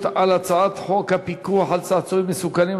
על הצעת חוק הפיקוח על צעצועים מסוכנים,